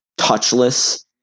touchless